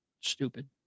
stupid